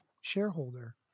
shareholder